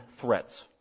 threats